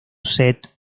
set